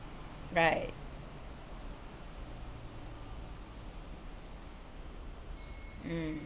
right mm